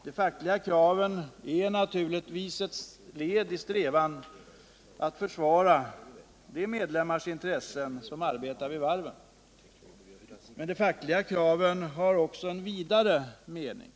De fackliga kraven är naturligtvis ett led i strävan att försvara de medlemmars intressen som arbetar vid varven, men de har också en vidare mening.